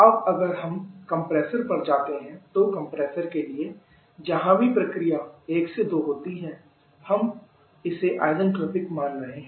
अब अगर हम कंप्रेसर पर जाते हैं तो कंप्रेसर के लिए जहां भी प्रक्रिया 1 से 2 होती है हम इसे आइजन्ट्रोपिक मान रहे हैं